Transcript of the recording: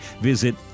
Visit